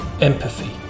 empathy